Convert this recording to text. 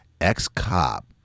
ex-cop